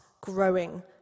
growing